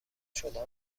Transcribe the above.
شدن